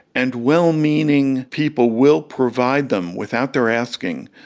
and well-meaning people will provide them, without their asking,